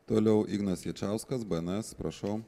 toliau ignas jačauskas bns prašau